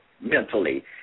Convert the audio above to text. mentally